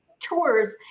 tours